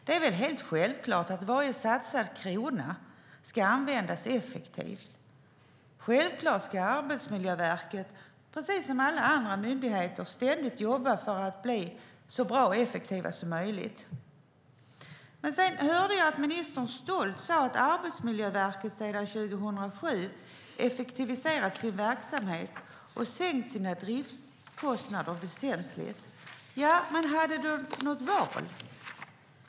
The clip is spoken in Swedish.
Det är väl självklart att varje satsad krona ska användas effektivt. Självfallet ska Arbetsmiljöverket precis som alla andra myndigheter ständigt jobba för att bli så bra och effektiva som möjligt. Sedan hörde jag att ministern stolt sade att Arbetsmiljöverket sedan 2007 har effektiviserat sin verksamhet och sänkt sina driftskostnader väsentligt. Ja, men hade de något val?